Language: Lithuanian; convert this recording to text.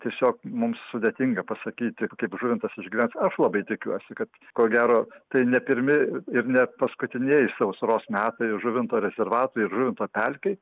tiesiog mums sudėtinga pasakyti kaip žuvintas išgyvens aš labai tikiuosi kad ko gero tai ne pirmi ir ne paskutinieji sausros metai žuvinto rezervatui ir žuvinto pelkei